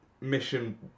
mission